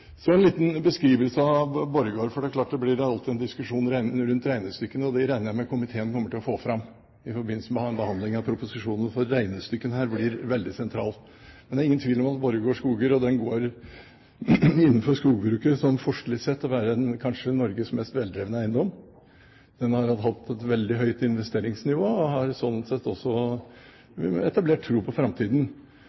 en liten beskrivelse av Borregaard, for det blir alltid en diskusjon rundt regnestykkene – og det regner jeg med at komiteen kommer til å få fram i forbindelse med behandlingen av proposisjonen, for regnestykkene her blir veldig sentrale. Det er ingen tvil om at Borregaard Skoger innenfor skogbruket forstlig sett går for å være kanskje Norges mest veldrevne eiendom. Investeringsnivået har vært veldig høyt og har sånn sett også